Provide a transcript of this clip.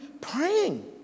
Praying